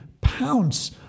pounce